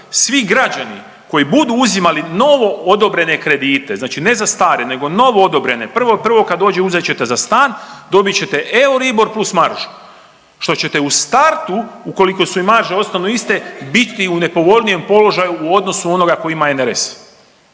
svi građani koji budu uzimali novoodobrene kredite znači ne za stare nego novoodobrene 1.1. kad dođe uzet ćete za stan dobit ćete Euribor plus maržu što ćete u startu ukoliko su i marže ostanu iste biti u nepovoljnijem položaju u odnosu onoga koji ima RNS